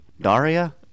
Daria